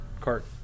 cart